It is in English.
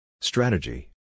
Strategy